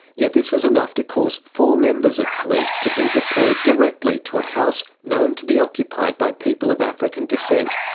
yet this was enough to cause four members of police to be deployed directly to a house known to be occupied by people of african descent.